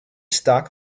stock